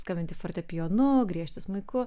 skambinti fortepijonu griežti smuiku